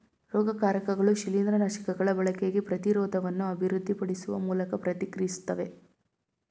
ರೋಗಕಾರಕಗಳು ಶಿಲೀಂದ್ರನಾಶಕಗಳ ಬಳಕೆಗೆ ಪ್ರತಿರೋಧವನ್ನು ಅಭಿವೃದ್ಧಿಪಡಿಸುವ ಮೂಲಕ ಪ್ರತಿಕ್ರಿಯಿಸ್ತವೆ